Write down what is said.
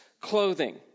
clothing